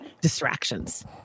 distractions